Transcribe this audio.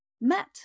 met